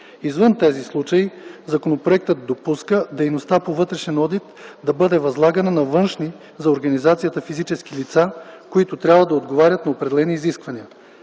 Извън тези случаи законопроектът допуска дейността по вътрешен одит да бъде възлагана на външни за организацията физически лица, които трябва да отговарят на определени изисквания.